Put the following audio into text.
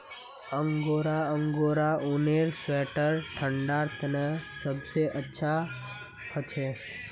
angora angora ऊनेर sweater ठंडा तने सबसे अच्छा हछे